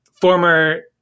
former